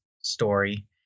story